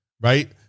right